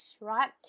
right